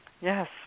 Yes